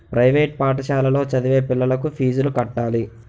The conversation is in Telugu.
ప్రైవేట్ పాఠశాలలో చదివే పిల్లలకు ఫీజులు కట్టాలి